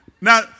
now